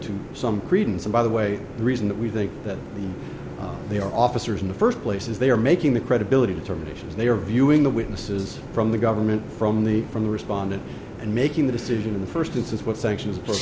to some credence and by the way the reason that we think that they are officers in the first place is they are making the credibility determinations they are viewing the witnesses from the government from the from the respondent and making the decision in the first instance with sanctions